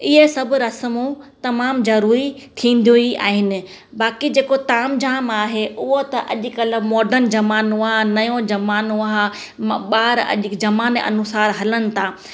इहे सभु रसमूं तमामु ज़रूरी थींदी आहिनि बाक़ी जेको ताम झाम आहे उहो त अॼुकल्ह मोडन ज़मानो आहे नओं ज़मानो आहे ॿार अॼु ज़माने अनुसारु हलनि था